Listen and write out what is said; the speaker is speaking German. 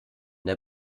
der